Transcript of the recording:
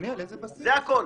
זה הכול.